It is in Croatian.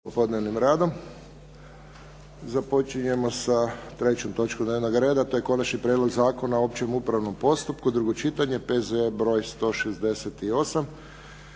popodnevnim radom. Započinjemo sa trećom točkom dnevnog reda. To je - Konačni prijedlog zakona o općem upravnom postupku, drugo čitanje, P.Z.E. br. 168